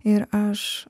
ir aš